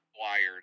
wired